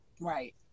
Right